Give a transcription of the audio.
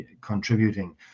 contributing